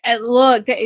Look